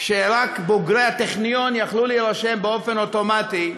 שרק בוגרי הטכניון יכלו להירשם באופן אוטומטי בספר,